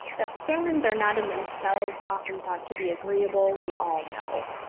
that sermons are not in themselves often thought to be agreeable we all know.